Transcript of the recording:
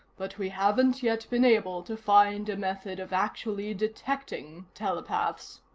but we haven't yet been able to find a method of actually detecting telepaths.